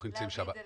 אנחנו נמצאים שם.